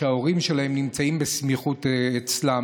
כשההורים שלהם נמצאים בסמיכות אצלם,